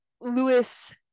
lewis